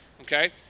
okay